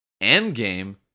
Endgame